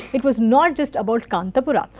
it was not just about kanthapura.